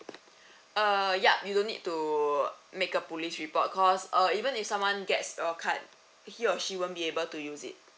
uh yup you don't need to make a police report cause uh even if someone gets your card he or she won't be able to use it